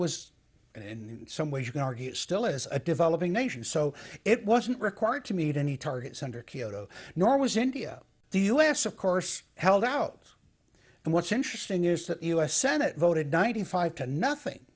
and in some ways you can argue it still is a developing nation so it wasn't required to meet any targets under kyoto nor was india the us of course held out and what's interesting is that the us senate voted ninety five to nothing